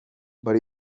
but